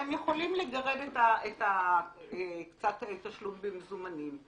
והם יכולים לגרד את התשלום במזומנים.